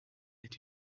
est